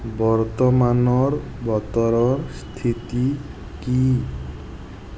বৰ্তমানৰ বতৰৰ স্থিতি কি